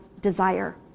desire